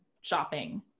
shopping